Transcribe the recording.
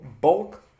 bulk